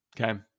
okay